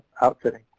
outfitting